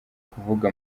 kuvuga